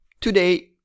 today